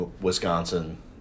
Wisconsin –